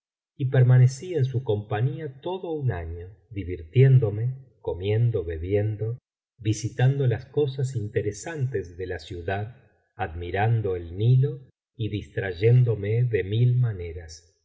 y permanecí en su compañía todo un año divirtiéndome comiendo bebiendo visitando las cosas interesantes de la ciudad admirando elnilo y distrayéndome de mil maneras